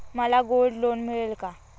मला gold loan मिळेल का?